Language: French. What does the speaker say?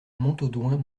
montaudoin